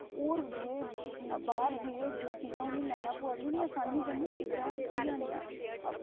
होर दूऐ बाहर जाइयै जेह्ड़ियां चीज़ां उ'नेंगी लैनाै पवा दी आसानी कन्नै ओह् इद्धरा गै थ्होआ दियां